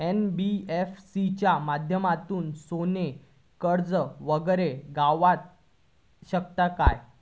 NBFC च्या माध्यमातून सोने कर्ज वगैरे गावात शकता काय?